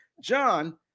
John